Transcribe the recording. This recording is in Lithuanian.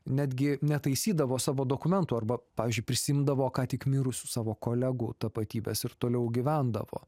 netgi netaisydavo savo dokumentų arba pavyzdžiui prisiimdavo ką tik mirusių savo kolegų tapatybes ir toliau gyvendavo